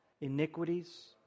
iniquities